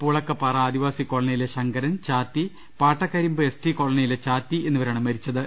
പൂളക്കപ്പാറ ആദിവാസി കോളനിയിലെ Sankaran Chathi Pattakarimbu S T കോളനിയിലെ ചാത്തി എന്നിവരാണ് മരിച്ചത്